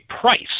price